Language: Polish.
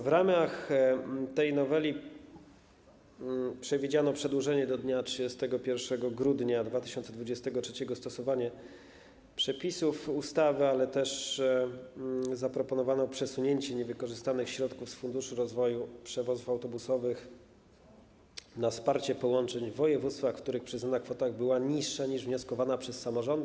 W ramach tej noweli przewidziano przedłużenie do dnia 31 grudnia 2023 r. stosowania przepisów ustawy, ale też zaproponowano przesunięcie niewykorzystanych środków z funduszu rozwoju przewozów autobusowych na wsparcie połączeń w województwach, w których przyznana kwota była niższa niż wnioskowana przez samorządy.